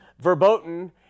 verboten